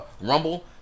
Rumble